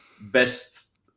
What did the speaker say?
best